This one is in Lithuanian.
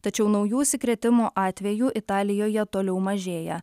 tačiau naujų užsikrėtimo atvejų italijoje toliau mažėja